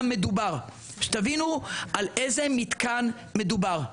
מדובר, כדי שתבינו על איזה מתקן מדובר.